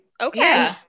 Okay